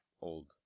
old